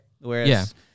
Whereas